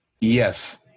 Yes